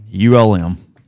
ULM